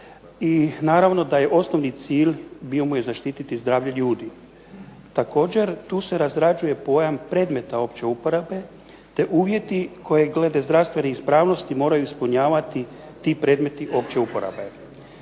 i naravno da je osnovni cilj bio mu je zaštiti zdravlje ljudi. Također, tu se razrađuje pojam predmeta opće uporabe te uvjeti koje glede zdravstvene ispravnosti moraju ispunjavati ti predmeti opće uporabe.